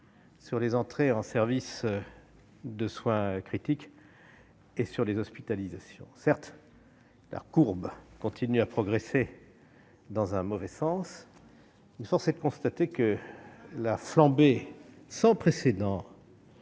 sur les admissions en services de soins critiques et sur les hospitalisations. Certes, la courbe continue à progresser dans le mauvais sens, mais force est de constater que la flambée sans précédent